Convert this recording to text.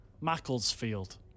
Macclesfield